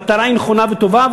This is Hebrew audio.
המטרה היא נכונה וטובה,